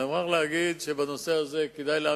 אני מוכרח לומר שבנושא הזה כדאי לעם